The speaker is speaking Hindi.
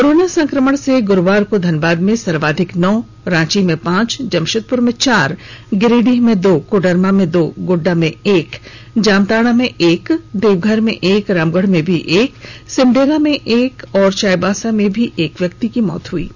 कोरोना संक्रमण से गुरुवार को धनबाद में सर्वाधिक नौ रांची में पांच जमशेदपुर में चार गिरिडीह में दो कोडरमा में दो गोड्डा में एक जामताड़ा में एक देवघर में एक रामगढ़ में एक सिमडेगा में एक व चाईबासा के एक व्यक्ति की मौत हुई है